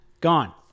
Gone